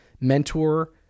mentor